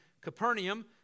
Capernaum